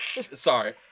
Sorry